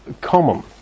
common